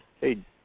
hey